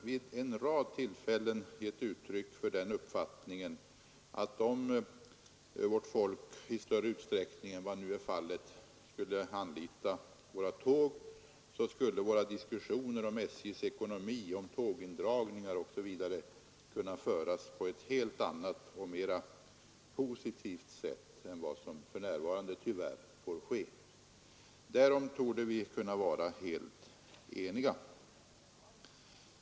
Vid en rad tillfällen har jag gett uttryck för den uppfattningen att om vårt folk i större utsträckning än vad nu är fallet skulle anlita tåg, så skulle våra diskussioner om SJ:s ekonomi, om tågindragningar osv. kunna föras på ett helt annat och mera positivt sätt än vad som för närvarande tyvärr får ske. Därom torde vi kunna vara helt eniga.